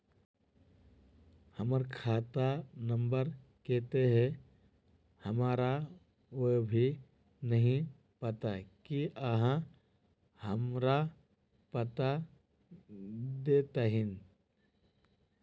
हमर खाता नम्बर केते है हमरा वो भी नहीं पता की आहाँ हमरा बता देतहिन?